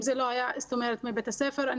אם זה לא היה מבית הספר,